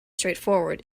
straightforward